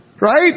right